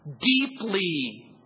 deeply